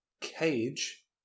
Cage